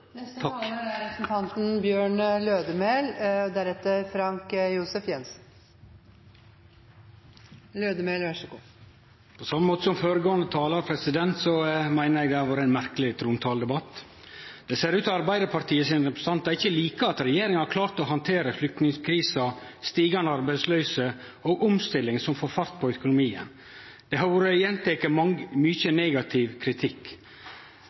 På same måten som føregåande talar meiner eg det har vore ein merkeleg trontaledebatt. Det ser ut til at arbeidarpartirepresentantane ikkje likar at regjeringa har klart å handtere flyktningkrisa, stigande arbeidsløyse og omstilling som får fart på økonomien. Det har vore gjenteke mykje negativ kritikk.